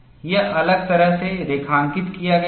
यह अलग तरह से रेखांकित किया जाता है